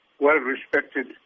well-respected